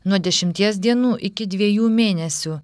nuo dešimties dienų iki dviejų mėnesių